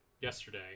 yesterday